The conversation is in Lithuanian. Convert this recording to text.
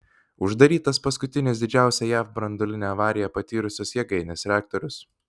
uždarytas paskutinis didžiausią jav branduolinę avariją patyrusios jėgainės reaktorius